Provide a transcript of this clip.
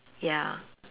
ya